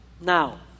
Now